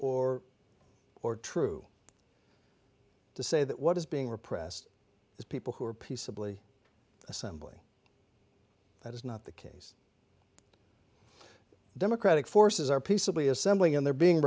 or or true to say that what is being repressed is people who are peaceably assembly that is not the case democratic forces are peaceably assembling and they're being